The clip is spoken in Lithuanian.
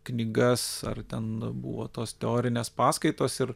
knygas ar ten buvo tos teorinės paskaitos ir